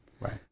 Right